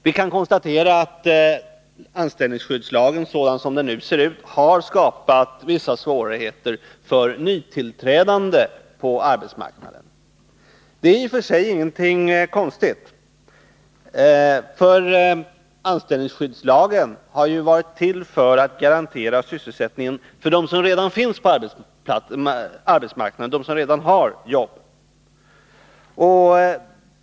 Vi kan konstatera att anställningsskyddslagen, sådan som den nu ser ut, har skapat vissa svårigheter för nytillträdande på arbetsmarknaden. Det är i och för sig ingenting konstigt, för anställningsskyddslagen har ju varit till för att | garantera sysselsättningen för dem som redan finns på arbetsmarknaden, för dem som redan har jobb.